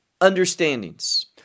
understandings